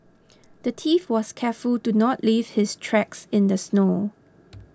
the thief was careful to not leave his tracks in the snow